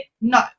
no